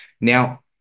Now